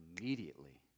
Immediately